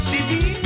City